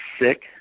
sick